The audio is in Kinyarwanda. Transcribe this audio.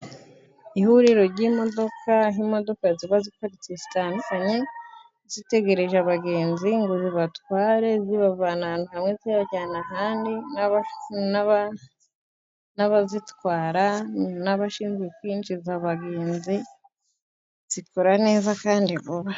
Ihuriro ry'imodoka imodoka ziba ziparitse zitandukanye, zitegereje abagenzi ngo zibatwate zibavana ahantu hamwe zibajyana ahandi, n'abazitwara n'abashinzwe kwinjiza abagenzi, zikora neza Kandi vuba.